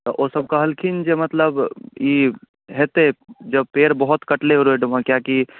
तऽ ओ सब कहलखिन जे मतलब ई हेतै जब पेड़ बहुत कटलै ओहि रोडमे किएकि